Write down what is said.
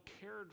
cared